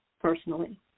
personally